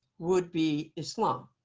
would be islam.